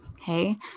Okay